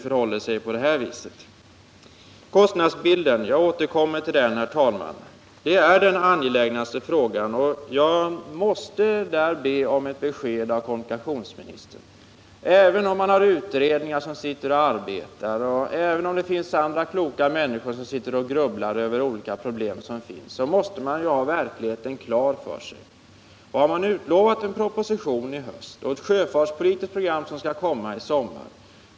Kostnadsbilden är den angelägnaste frågan. Jag måste där be om ett besked av kommunikationsministern. Även om man har utredningar som arbetar, även om det finns andra kloka människor som grubblar över olika problem, måste man ha verkligheten klar för sig. Man har utlovat en proposition i höst och ett sjöfartspolitiskt program som skall komma i sommar.